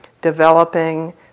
developing